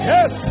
Yes